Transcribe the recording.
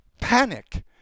panic